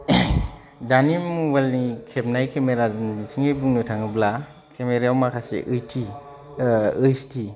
दानि मबाइलनि खेबनाय केमेराजों बिथिङै बुंनो थाङोब्ला केमेरायाव माखासे एइच डि एइच डि